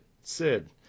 Sid